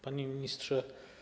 Panie Ministrze!